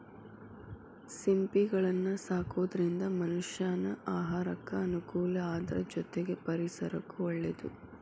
ಸಿಂಪಿಗಳನ್ನ ಸಾಕೋದ್ರಿಂದ ಮನಷ್ಯಾನ ಆಹಾರಕ್ಕ ಅನುಕೂಲ ಅದ್ರ ಜೊತೆಗೆ ಪರಿಸರಕ್ಕೂ ಒಳ್ಳೇದು